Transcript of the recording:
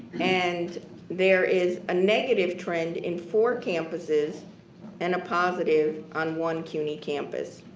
and there is a negative trend in four campuses and a positive on one cuny campus.